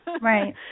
Right